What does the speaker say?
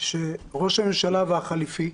ראש הממשלה והחליפי,